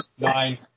Nine